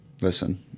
Listen